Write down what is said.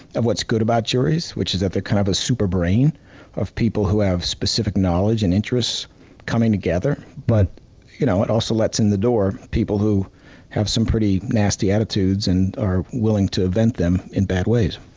of what's good about juries, which is that they're kind of a super brain of people who have specific knowledge and interests coming together. but you know it also lets in the door of people who have some pretty nasty attitudes and are willing to vent them in bad ways.